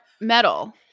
metal